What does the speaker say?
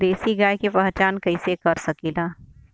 देशी गाय के पहचान कइसे कर सकीला?